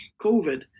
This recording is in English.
COVID